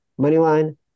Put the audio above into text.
Moneyline